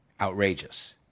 outrageous